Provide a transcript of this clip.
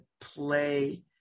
play